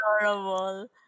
adorable